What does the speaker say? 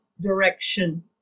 direction